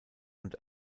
und